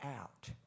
out